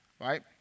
right